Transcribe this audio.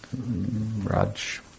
Raj